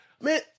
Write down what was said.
man